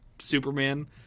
superman